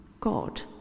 God